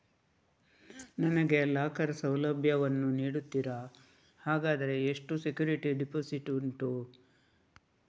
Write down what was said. ನನಗೆ ಲಾಕರ್ ಸೌಲಭ್ಯ ವನ್ನು ನೀಡುತ್ತೀರಾ, ಹಾಗಾದರೆ ಎಷ್ಟು ಸೆಕ್ಯೂರಿಟಿ ಡೆಪೋಸಿಟ್ ಉಂಟು?